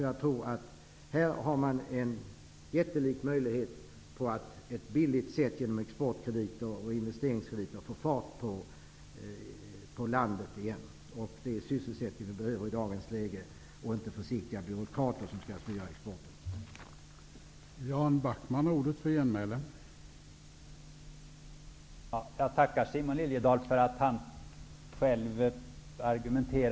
Jag tror att man har en jättelik möjlighet att genom exportkrediter och investeringkrediter på ett billigt sätt få fart på landet igen. Det är sysselsättning och inte försiktiga byråkrater som skall styra exporten som vi behöver i dagens läge.